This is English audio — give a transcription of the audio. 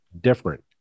different